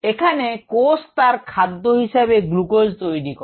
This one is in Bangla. এখানে কোষ তার খাদ্য হিসেবে গ্লুকোজ তৈরি করে